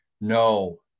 No